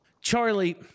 Charlie